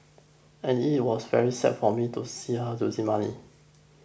and it was very sad for me to see her losing money